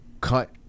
cut